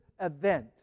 event